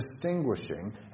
distinguishing